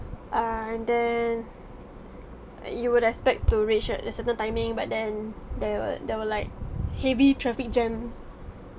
err and then uh you would expect to reach at a certain timing but then there were there were like heavy traffic jam